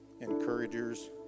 encouragers